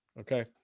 Okay